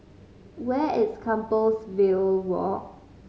where is Compassvale Walk